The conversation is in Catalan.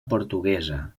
portuguesa